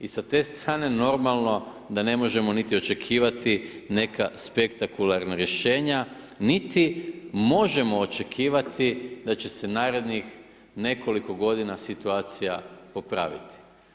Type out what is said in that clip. I sa te strane normalno da ne možemo niti očekivati neka spektakularna rješenja niti možemo očekivati da će se narednih nekoliko godina situacija popraviti.